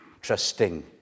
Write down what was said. trusting